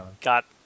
got